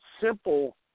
simple